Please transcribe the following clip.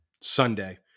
Sunday